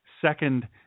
second